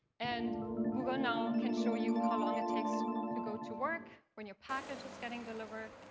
and google now can show you how long it takes to go to work, when your package is getting delivered,